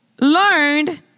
learned